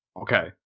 Okay